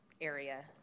area